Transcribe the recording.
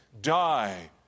die